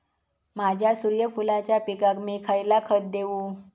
माझ्या सूर्यफुलाच्या पिकाक मी खयला खत देवू?